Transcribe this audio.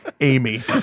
Amy